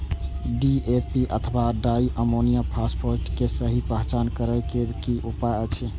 DAP अथवा di ammonium phosphate के सहि पहचान करे के कि उपाय अछि?